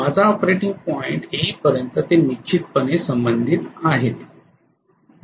माझा operating point येईपर्यंत ते निश्चितपणे संबंधित आहेत